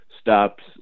stops